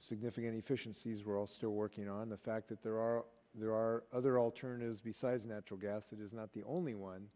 significant efficiencies we're also working on the fact that there are there are other alternatives besides natural gas that is not the only one